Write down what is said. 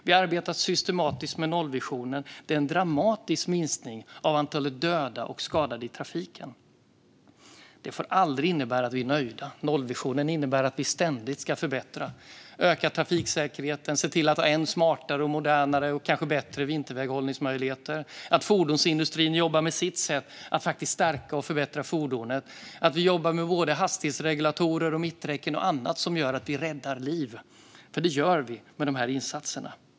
Vi arbetar systematiskt med nollvisionen. Det är en dramatisk minskning av antalet döda och skadade i trafiken. Detta får aldrig innebära att vi är nöjda. Nollvisionen innebär att vi ständigt ska förbättra och öka trafiksäkerheten, ha smartare, modernare och kanske bättre vinterväghållningsmöjligheter och så vidare. Fordonsindustrin arbetar på sitt sätt att stärka och förbättra fordonen. Vi jobbar med hastighetsregulatorer, mitträcken och annat som gör att vi räddar liv, för det gör vi med dessa insatser.